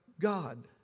God